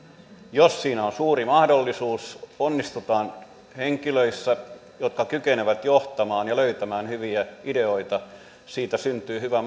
jos siinä on suuri mahdollisuus onnistutaan henkilöissä jotka kykenevät johtamaan ja löytämään hyviä ideoita siitä syntyy hyvä